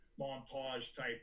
montage-type